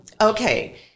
Okay